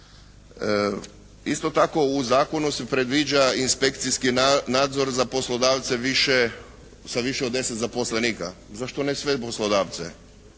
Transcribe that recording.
Isto tako u zakonu se predviđa inspekcijski nadzor za poslodavce sa više od deset zaposlenika. Zašto ne za sve poslodavce?